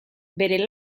bere